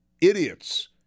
idiots